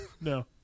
no